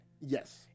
Yes